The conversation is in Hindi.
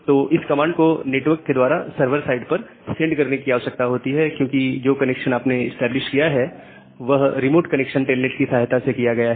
तो इस कमांड को नेटवर्क के द्वारा सर्वर साइड पर सेंड करने की आवश्यकता होती है क्योंकि जो कनेक्शन आपने इस्टैबलिश्ड किया है यह रिमोट कनेक्शन टेलनेट की सहायता से किया गया है